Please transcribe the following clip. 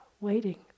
waiting